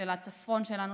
של הצפון שלנו,